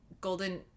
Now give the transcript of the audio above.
golden